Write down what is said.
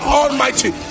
almighty